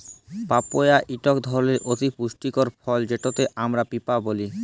papaya ইকট ধরলের অতি পুষ্টিকর ফল যেটকে আমরা পিঁপা ব্যলি